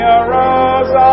arose